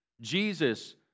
Jesus